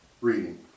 reading